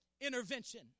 intervention